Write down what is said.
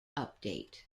update